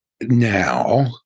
Now